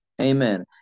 Amen